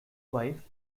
wife